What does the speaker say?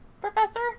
Professor